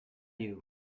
you